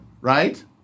right